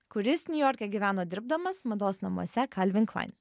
kuris niujorke gyveno dirbdamas mados namuose kalvin klain